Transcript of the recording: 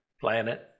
Planet